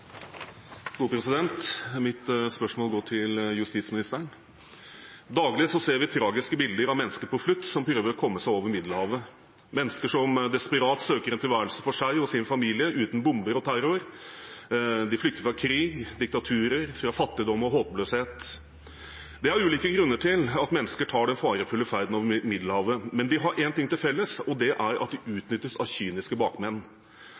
Mitt spørsmål går til justisministeren. Daglig ser vi tragiske bilder av mennesker på flukt som prøver å komme seg over Middelhavet, mennesker som desperat søker en tilværelse uten bomber og terror for seg og sin familie. De flykter fra krig, diktaturer, fattigdom og håpløshet. Det er ulike grunner til at mennesker drar ut på den farefulle ferden over Middelhavet, men de har én ting til felles, og det er at de utnyttes av kyniske bakmenn